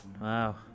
Wow